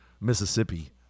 Mississippi